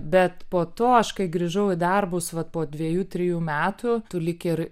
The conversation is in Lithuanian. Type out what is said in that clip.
bet po to aš kai grįžau į darbus vat po dviejų trijų metų tu lyg ir